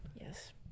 Yes